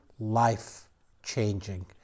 life-changing